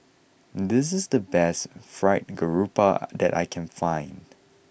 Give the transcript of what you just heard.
this is the best Fried Garoupa that I can find